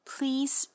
Please